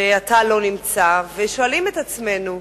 שאתה לא נמצא, ושואלים את עצמנו,